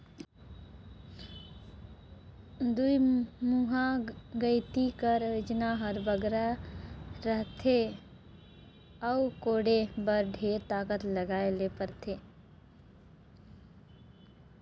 दुईमुहा गइती कर ओजन हर बगरा रहथे अउ कोड़े बर ढेर ताकत लगाए ले परथे